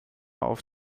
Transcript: auf